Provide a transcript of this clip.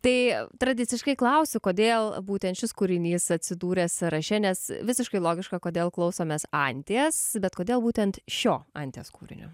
tai tradiciškai klausiu kodėl būtent šis kūrinys atsidūrė sąraše nes visiškai logiška kodėl klausomės anties bet kodėl būtent šio anties kūrinio